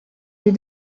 des